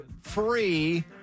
free